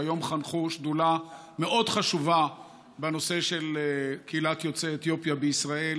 שהיום חנכו שדולה מאוד חשובה בנושא של קהילת יוצאי אתיופיה בישראל.